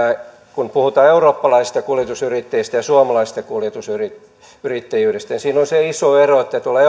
kun puhutaan eurooppalaisista kuljetusyrittäjistä ja suomalaisesta kuljetusyrittäjyydestä niin siinä on se iso ero että tuolla